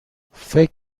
فکر